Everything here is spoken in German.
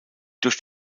durch